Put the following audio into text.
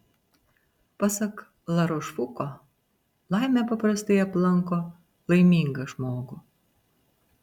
pasak larošfuko laimė paprastai aplanko laimingą žmogų